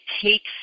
takes